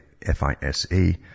FISA